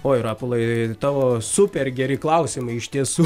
oi rapolai tavo super geri klausimai iš tiesų